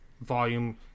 volume